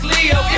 Leo